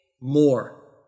more